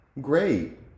great